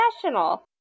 professional